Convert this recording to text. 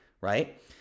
right